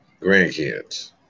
grandkids